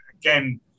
again